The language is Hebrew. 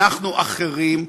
אנחנו אחרים,